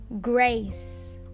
grace